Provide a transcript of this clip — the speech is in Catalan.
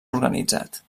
organitzat